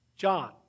John